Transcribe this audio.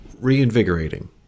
reinvigorating